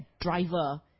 driver